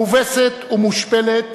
מובסת ומושפלת